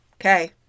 Okay